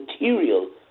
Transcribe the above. material